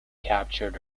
captured